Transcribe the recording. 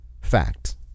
fact